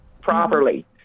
properly